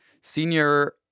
Senior